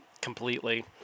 completely